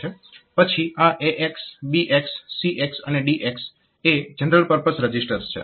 પછી આ AX BX CX અને DX એ જનરલ પરપઝ રજીસ્ટર્સ છે